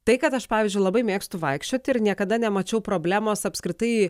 tai kad aš pavyzdžiui labai mėgstu vaikščioti ir niekada nemačiau problemos apskritai